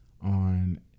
on